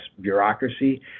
bureaucracy